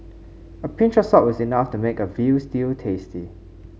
a pinch of salt is enough to make a veal stew tasty